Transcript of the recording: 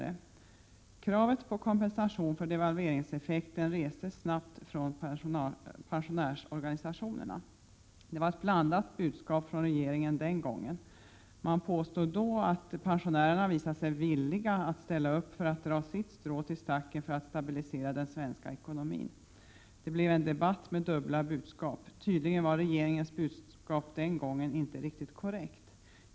Kravet på kompensation för devalveringseffekten restes snabbt från pensionärsorganisationerna. Det var ett blandat budskap från regeringen den gången. Man påstod att pensionärerna hade visat sig villiga att ställa upp och dra sitt strå till stacken för att stabilisera den svenska ekonomin. Det blev en debatt med dubbla budskap — tydligen var regeringens budskap den gången inte riktigt korrekt.